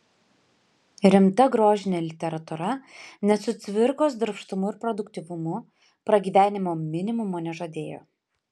rimta grožinė literatūra net su cvirkos darbštumu ir produktyvumu pragyvenimo minimumo nežadėjo